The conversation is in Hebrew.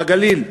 בגליל,